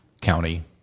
county